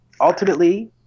Ultimately